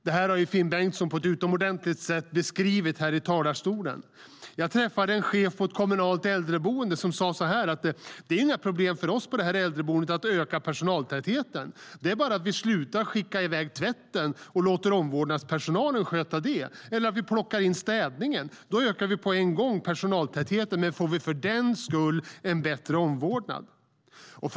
Detta har Finn Bengtsson på ett utomordentligt sätt beskrivit här från talarstolen. Jag träffade en chef på ett kommunalt äldreboende som sa att det inte var något problem att öka personaltätheten. Det var bara att sluta att skicka i väg tvätten och låter omvårdnadspersonalen sköta den, eller också kan man dra in på städningen. Då ökar personaltätheten med en gång. Men får vi för den skull en bättre omvårdnad?